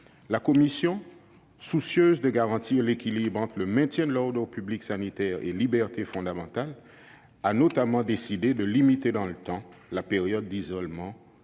La commission, soucieuse de garantir l'équilibre entre le maintien de l'ordre public sanitaire et les libertés fondamentales, a notamment décidé de limiter la période d'isolement